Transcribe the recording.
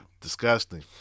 Disgusting